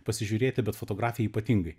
pasižiūrėti bet fotografija ypatingai